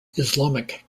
islamic